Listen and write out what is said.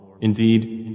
Indeed